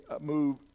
move